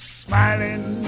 smiling